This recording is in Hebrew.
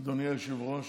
אדוני היושב-ראש,